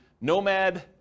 nomad